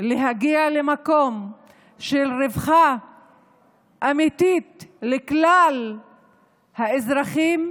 להגיע למקום של רווחה אמיתית לכלל האזרחים,